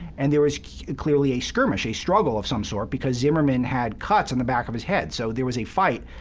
and there was clearly a skirmish, a struggle of some sort, because zimmerman had cuts on the back of his head. so there was a fight.